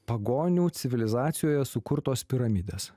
pagonių civilizacijoje sukurtos piramidės